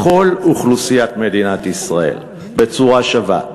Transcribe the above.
לכל אוכלוסיית מדינת ישראל בצורה שווה.